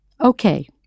Okay